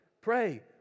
Pray